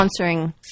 sponsoring